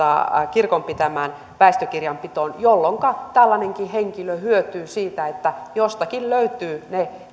kirkon pitämään väestökirjanpitoon jolloinka tällainenkin henkilö hyötyy siitä että jostakin löytyvät